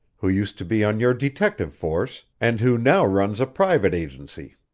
who used to be on your detective force, and who now runs a private agency.